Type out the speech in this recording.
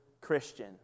Christian